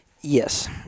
Yes